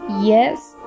yes